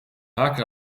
vaak